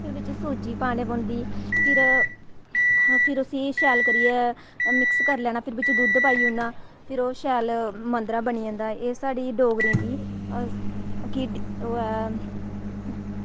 फिर बिच्च सूजी पानी पौंदी फिर उस्सी शैल करियै मिक्स करी लैना फिर बिच्च दुद्ध पाई ओड़ना फिर ओह् शैल मद्धरा बनी जंदा एह् साढ़ी डोगरें दी कि ओह् ऐ